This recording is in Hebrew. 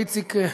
איציק,